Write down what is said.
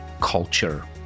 culture